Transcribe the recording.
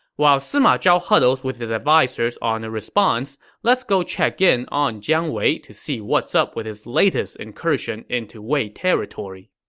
while sima zhao huddles with his advisers on a response, let's go check in on jiang wei to see what's up with his latest incursion into wei territory.